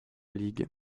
ligue